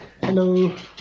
Hello